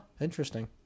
interesting